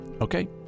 Okay